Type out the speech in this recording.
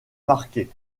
marquées